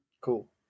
cool